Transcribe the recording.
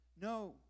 No